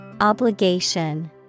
Obligation